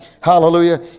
Hallelujah